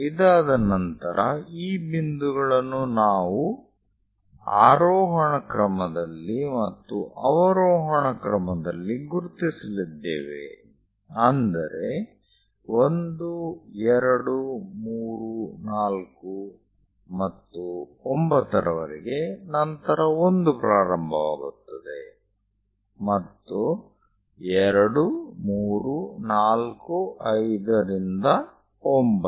ಇದಾದ ನಂತರ ಈ ಬಿಂದುಗಳನ್ನು ನಾವು ಆರೋಹಣ ಕ್ರಮದಲ್ಲಿ ಮತ್ತು ಅವರೋಹಣ ಕ್ರಮದಲ್ಲಿ ಗುರುತಿಸಲಿದ್ದೇವೆ ಅಂದರೆ 1 2 3 4 ಮತ್ತು 9 ರ ವರೆಗೆ ನಂತರ 1 ಪ್ರಾರಂಭವಾಗುತ್ತದೆ ಮತ್ತು 2 3 4 5 ರಿಂದ 9